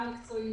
גם מקצועית,